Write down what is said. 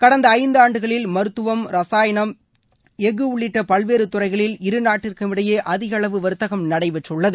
கடந்த ஐந்தாண்டுகளில் மருத்துவம் ரசாயனம் எஃகு உள்ளிட்ட பல்வேறு துறைகளில் இருநாட்டிற்கும் இடையே அதிக அளவு வர்த்தகம் நடைபெற்றுள்ளது